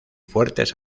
fuertes